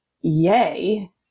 yay